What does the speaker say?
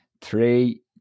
Three